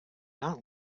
not